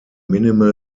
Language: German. minimal